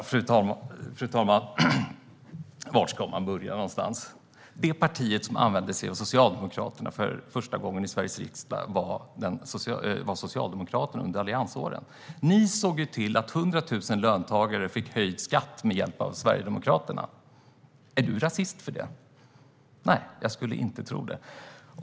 Fru talman! Var ska man börja? Det parti som första gången använde sig av Sverigedemokraterna i Sveriges riksdag var Socialdemokraterna under alliansåren. Ni såg med hjälp av Sverigedemokraterna till att 100 000 löntagare fick höjd skatt, Magnus Manhammar. Är du rasist för det? Nej, jag skulle inte tro det.